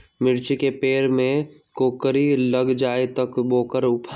मिर्ची के पेड़ में कोकरी लग जाये त वोकर उपाय का होई?